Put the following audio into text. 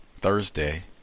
Thursday